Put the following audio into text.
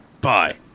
Bye